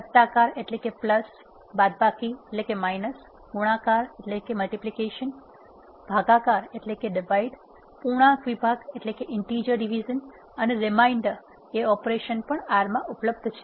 વત્તાકાર બાદબાકી ગુણાકાર ભાગ પૂર્ણાંક વિભાગ અને રિમાઇન્ડર ઓપરેશન પણ R માં ઉપલબ્ધ છે